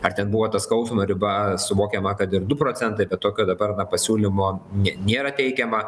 ar ten buvo ta skausmo riba suvokiama kad ir du procentai bet tokio dabar na pasiūlymo nė nėra teikiama